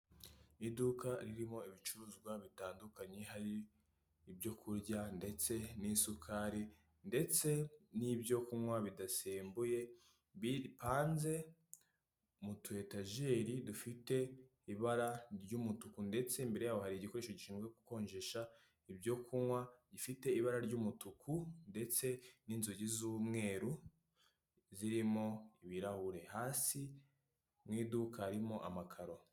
Iduka ririmo ibicuruzwa bitandukanye hari ibyo kurya ndetse n'isukari ndetse n'ibyo kunywa bidasembuye bipanze mu tu etageri dufite ibara ry'umutuku ndetse imbere yaho hari igikoresho gishinzwe gukonjesha ibyo kunywa gifite ibara ry'umutuku ndetse n'inzugi z'umweru zirimo ibirahure, hasi mu iduka harimo amakaro.